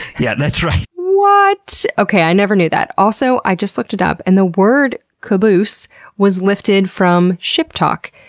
yeah, that's right. whaaat! okay, i never knew that. also, i just looked it up. and the word caboose was lifted from ship talk,